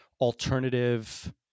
alternative